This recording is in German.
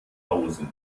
tausend